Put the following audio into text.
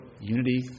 unity